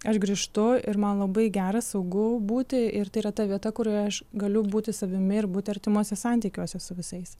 aš grįžtu ir man labai gera saugu būti ir tai yra ta vieta kurioje aš galiu būti savimi ir būti artimuose santykiuose su visais